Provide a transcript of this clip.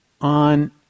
on